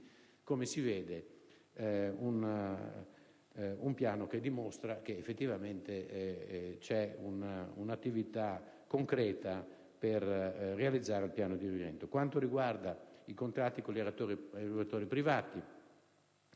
come si vede, i dati dimostrano che effettivamente c'è un'attività concreta per realizzare il piano di rientro.